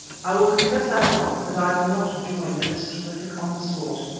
i will confess at once that i did not join in this terrific onslaught.